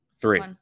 Three